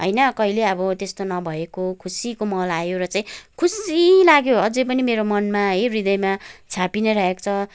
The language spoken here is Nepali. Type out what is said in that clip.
होइन कहिल्यै अब त्यस्तो न भएको खुसीको माहौल आयो र चाहिँ खुसी लाग्यो अझै पनि मेरो मनमा है हृदयमा छापी नै रहेको छ